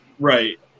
Right